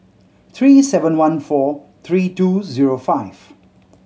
three seven one four three two zero five